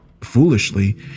foolishly